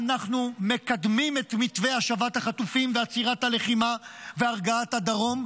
אנחנו מקדמים את מתווה השבת החטופים ועצירת הלחימה והרגעת הדרום,